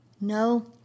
No